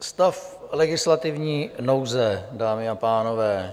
Stav legislativní nouze, dámy a pánové.